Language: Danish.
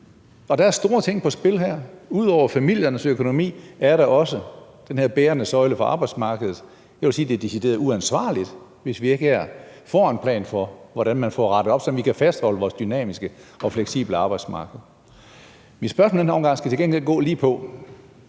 og der er store ting på spil her. Ud over familiernes økonomi er der også den her bærende søjle for arbejdsmarkedet, og jeg vil sige, at det er decideret uansvarligt, hvis vi ikke her får en plan for, hvordan man får rettet op, så vi kan fastholde vores dynamiske og fleksible arbejdsmarked. Mit spørgsmål i den her